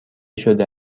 شده